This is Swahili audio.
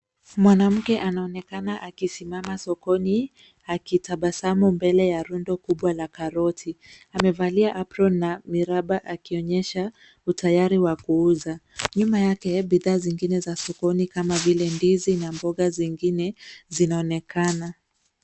Mwanamke anaonekana akisimama sokoni akitabasamu mbele ya rundo kubwa la karoti. Amevalia apron la miraba akionyesha utayari wa kuuza. Nyuma yake, bidhaa zingine za sokoni kama vile ndizi na mboga zingine zinaonekana.